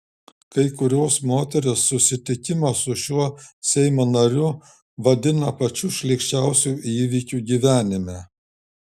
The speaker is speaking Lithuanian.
kai kurios moterys susitikimą su šiuo seimo nariu vadina pačiu šlykščiausiu įvykiu gyvenime